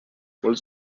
was